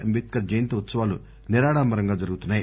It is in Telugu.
అంబేద్కర్ జయంతి ఉత్సవాలు నిరాడంబరంగా జరుగుతున్నాయి